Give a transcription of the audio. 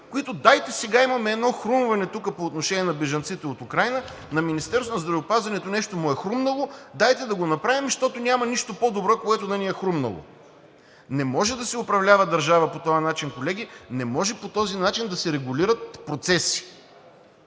които – дайте сега, имаме едно хрумване тук по отношение на бежанците от Украйна. На Министерството на здравеопазването нещо му е хрумнало, дайте да го направим, защото няма нищо по-добро, което да ни е хрумнало. Не може да се управлява държава по този начин, колеги, не може по този начин да се регулират процеси!